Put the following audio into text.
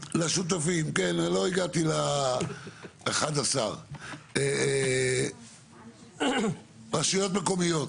לשותפים, רשויות מקומיות.